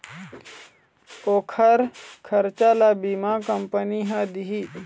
ओखर खरचा ल बीमा कंपनी ह दिही